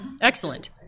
Excellent